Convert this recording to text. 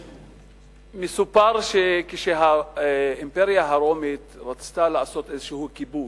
מסופר שכשהאימפריה הרומית רצתה לעשות איזה כיבוש,